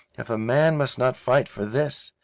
if a man must not fight for this,